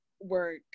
work